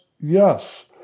Yes